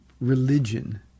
religion